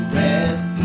rest